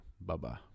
Bye-bye